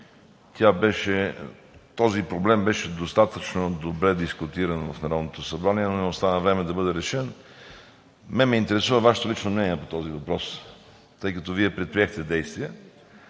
Този проблем беше достатъчно добре дискутиран в Народното събрание, но не остана време да бъде решен. Мен ме интересува Вашето лично мнение по този въпрос, тъй като Вие предприехте действия.